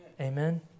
Amen